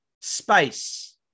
space